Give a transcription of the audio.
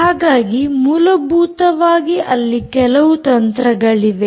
ಹಾಗಾಗಿ ಮೂಲಭೂತವಾಗಿ ಅಲ್ಲಿ ಕೆಲವು ತಂತ್ರಗಳಿವೆ